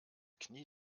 knie